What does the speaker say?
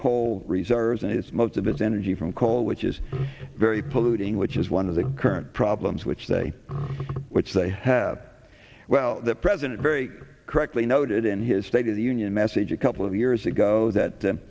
coal reserves in its most of its energy from coal which is very polluting which is one of the current problems which they which they have well the president very correctly noted in his state of the union message a couple of years ago that